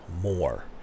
more